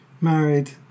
married